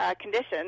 conditions